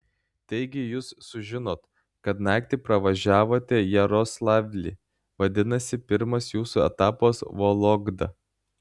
taigi jūs sužinot kad naktį pravažiavote jaroslavlį vadinasi pirmas jūsų etapas vologda